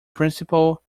principal